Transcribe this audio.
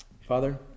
Father